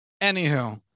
Anywho